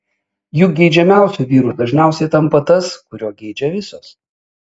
juk geidžiamiausiu vyru dažniausiai tampa tas kurio geidžia visos